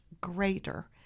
greater